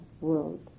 world